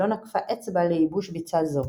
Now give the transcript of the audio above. שלא נקפה אצבע לייבוש ביצה זו.